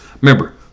Remember